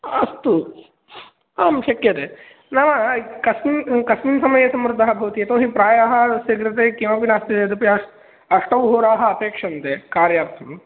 अस्तु आं शक्यते नाम कस्मिन् कस्मिन् समये सम्मर्दः भवति यतो हि प्रायः तस्य कृते किमपि नास्ति चेदपि अष्टौ होराः अपेक्ष्यन्ते कार्यार्थम्